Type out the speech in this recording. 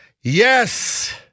Yes